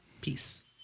Peace